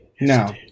Now